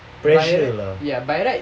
pressure lah